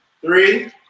Three